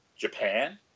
Japan